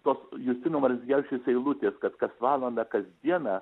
tos justino marcinkevičiaus eilutės kad kas valandą kas dieną